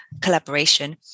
collaboration